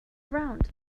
around